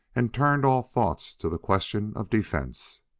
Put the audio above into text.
and turned all thoughts to the question of defense.